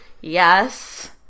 Yes